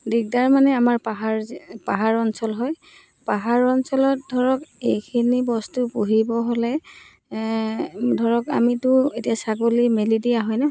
দিগদাৰ মানে আমাৰ পাহাৰ যে পাহাৰ অঞ্চল হয় পাহাৰ অঞ্চলত ধৰক এইখিনি বস্তু পুহিব হ'লে ধৰক আমিতো এতিয়া ছাগলী মেলি দিয়া হয় ন